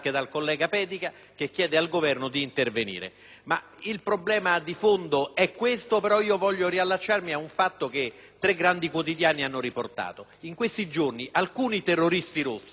Il problema di fondo è questo, però voglio riferire un episodio che alcuni grandi quotidiani hanno riportato. In questi giorni alcuni terroristi rossi (dico "rossi" perché appartenenti a gruppi politici